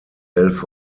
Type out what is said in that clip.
elf